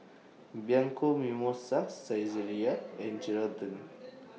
Bianco Mimosa Saizeriya and Geraldton